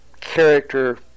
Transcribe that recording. character